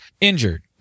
injured